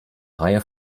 reihe